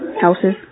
Houses